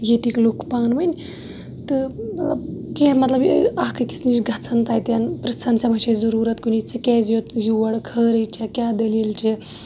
ییٚتکۍ لُکھ پانہٕ ؤنۍ تہٕ مَطلَب کینٛہہ مَطلَب اکھ أکِس نِش گَژھان تَتٮ۪ن پِرژھان ژےٚ ما چھے ضروٗرَتھ کُنِچ ژٕ کیازِ یور خٲرٕے چھےٚ کیاہ دٔلیٖل چھِ